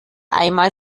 einmal